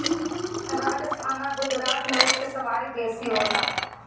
राजस्थान आ गुजरात में ऊँट के सवारी बेसी होला